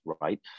right